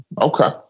okay